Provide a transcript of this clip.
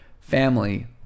family